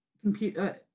computer